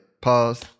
pause